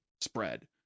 spread